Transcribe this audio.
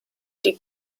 die